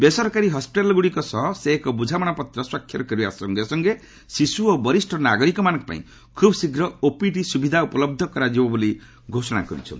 ବେସରକାରୀ ହସ୍କିଟାଲ୍ଗୁଡ଼ିକ ସହ ସେ ଏକ ବୁଝାମଣାପତ୍ର ସ୍ୱାକ୍ଷର କରିବା ସଙ୍ଗେ ସଙ୍ଗେ ଶିଶୁ ଓ ବରିଷ୍ଠ ନାଗରିକମାନଙ୍କପାଇଁ ଖୁବ୍ ଶୀଘ୍ର ଓପିଡି ସୁବିଧା ଉପଲହ୍ଧ କରାଯିବ ବୋଲି ଘୋଷଣା କରିଛନ୍ତି